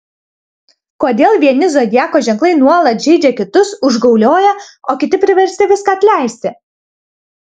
kodėl vieni zodiako ženklai nuolat žeidžia kitus užgaulioja o kiti priversti viską atleisti